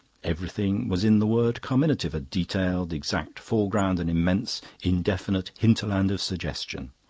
everything was in the word carminative a detailed, exact foreground, an immense, indefinite hinterland of suggestion.